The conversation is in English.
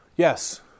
Yes